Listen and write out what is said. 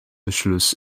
beschluss